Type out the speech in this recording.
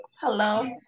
Hello